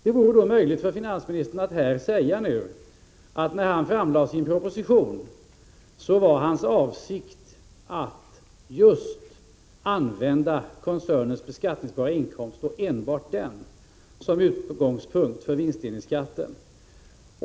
Det vore då möjligt för finansministern att nu säga att hans avsikt när han framlade sin proposition var att använda koncernens beskattningsbara inkomst, och enbart denna, som utgångspunkt för vinstdelningsskatten.